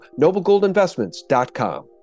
noblegoldinvestments.com